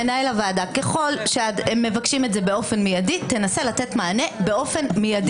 כולכם ירדתם מהפסים לגמרי.